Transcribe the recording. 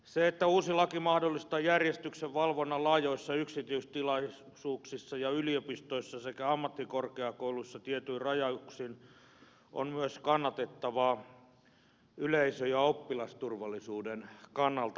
se että uusi laki mahdollistaa järjestyksenvalvonnan laajoissa yksityistilaisuuksissa ja yliopistoissa sekä ammattikorkeakouluissa tietyin rajauksin on myös kannatettavaa yleisö ja oppilasturvallisuuden kannalta